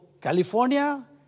California